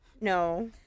No